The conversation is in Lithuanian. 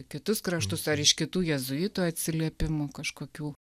kitus kraštus ar iš kitų jėzuitų atsiliepimų kažkokių